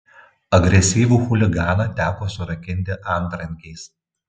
agresyvų chuliganą teko surakinti antrankiais